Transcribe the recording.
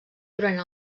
durant